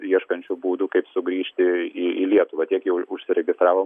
ieškančių būdų kaip sugrįžti į į lietuvą tiek jau užsiregistravo